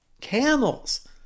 Camels